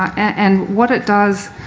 and what it does,